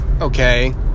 okay